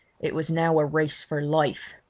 it was now a race for life.